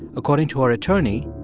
according to her attorney,